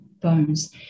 bones